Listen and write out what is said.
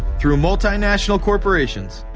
through multi-national corporations,